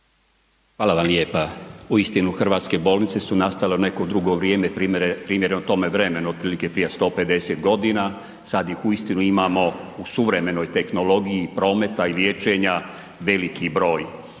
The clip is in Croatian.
Hvala vam lijepa. Uistinu hrvatske bolnice su nastale u neko drugo vrijeme primjereno tome vremenu otprilike prije 150 godina, sad ih uistinu imamo u suvremenoj tehnologiji prometa i liječenja veliki broj.